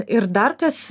ir dar kas